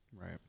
Right